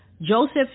Joseph